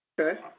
Okay